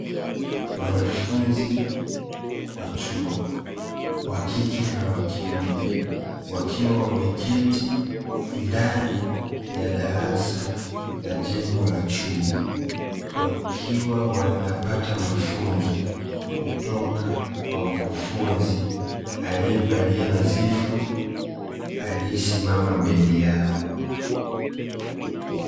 Wanafunzi wa chuo wakike na wakiume, wakiwa wameketi ndani ya darasa la jengo la chuo, wakiwa wanapata mafunzo kutoka kwa mkufunzi aliyevalia nadhifu aliyesimama mbele yao.